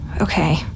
Okay